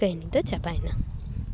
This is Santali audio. ᱴᱟᱭᱤᱢ ᱫᱚ ᱪᱟᱵᱟᱭᱮᱱᱟ